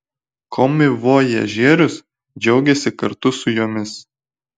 komivojažierius džiaugėsi kartu su jomis